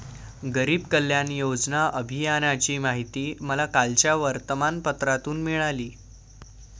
गरीब कल्याण योजना अभियानाची माहिती मला कालच्या वर्तमानपत्रातून मिळाली